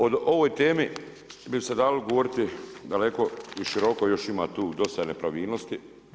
O ovoj temi bi se dalo govoriti daleko i široko još ima tu dosta nepravilnosti.